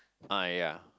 ah ya